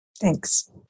Thanks